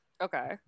Okay